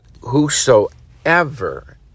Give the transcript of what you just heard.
whosoever